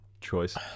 choice